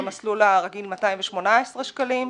במסלול הרגיל 218 שקלים.